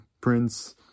Prince